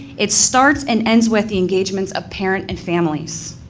it starts and ends with the engagements of parents and families.